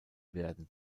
werden